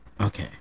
Okay